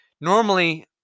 normally